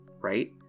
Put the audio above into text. right